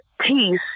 peace